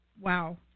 Wow